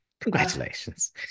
Congratulations